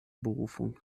berufung